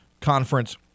Conference